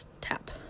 tap